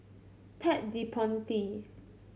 Ted De Ponti